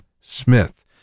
Smith